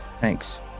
Thanks